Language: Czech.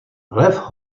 lev